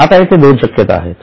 आता येथे दोन शक्यता आहेत